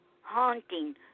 haunting